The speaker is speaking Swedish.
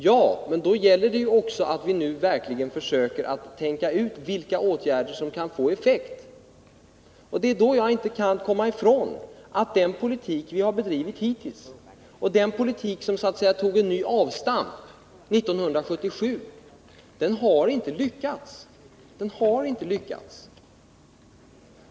Ja, men då gäller det också att vi försöker tänka efter vilka åtgärder som kan vidtas nu och kan få effekt. Jag kan då inte komma ifrån att den politik som hittills har bedrivits och som fick en ny avstamp 1977 inte har lyckats.